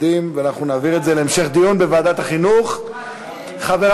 שרצו להסתפק בהודעת סגן